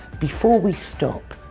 before we stop